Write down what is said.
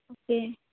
okay